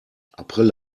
april